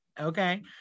Okay